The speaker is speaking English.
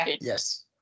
Yes